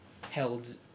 held